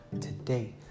today